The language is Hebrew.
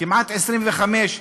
25,